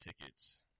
tickets